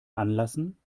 anlassen